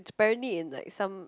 it's apparently in like some